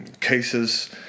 cases